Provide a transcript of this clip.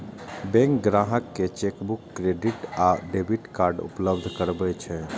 bank ग्राहक कें chequebook, credit आ डेबिट कार्ड उपलब्ध करबै छै